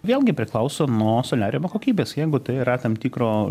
vėlgi priklauso nuo soliariumo kokybės jeigu tai yra tam tikro